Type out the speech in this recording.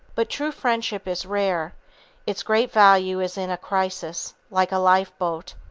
but true friendship is rare its great value is in a crisis like a lifeboat.